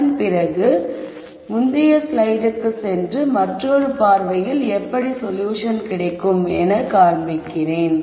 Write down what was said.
அதன் பிறகு முந்தைய ஸ்லைடு க்கு சென்று மற்றொரு பார்வையில் எப்படி சொல்யூஷன் கிடைக்கும் என்று காண்பிக்கிறேன்